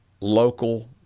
local